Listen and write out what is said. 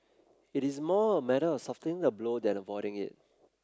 it is more a matter of softening the blow than avoiding it